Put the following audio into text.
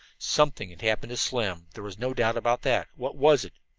something had happened to slim there was no doubt about that. what was it?